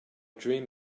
dream